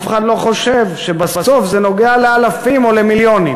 אף אחד לא חושב שבסוף זה נוגע לאלפים או למיליונים,